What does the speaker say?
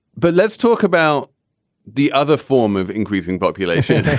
but let's talk about the other form of increasing population,